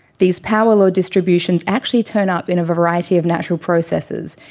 these power-law distributions actually turn up in a variety of natural processes,